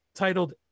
titled